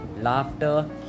laughter